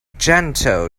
gentle